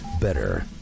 Better